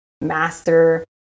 master